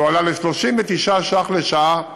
זה הועלה ל-39 ש"ח לשעה לנהג.